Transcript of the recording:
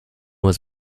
was